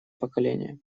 поколение